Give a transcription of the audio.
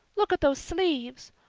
look at those sleeves!